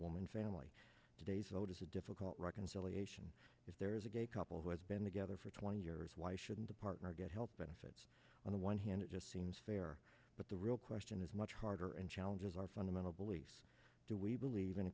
woman family today's vote is a difficult reconciliation if there is a gay couple who has been together for twenty years why shouldn't a partner get help benefits on the one hand it just seems fair but the real question is much harder and challenges our fundamental beliefs do we believe in